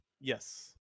Yes